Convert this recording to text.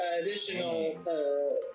additional